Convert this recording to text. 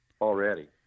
already